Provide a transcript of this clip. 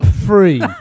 free